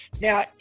Now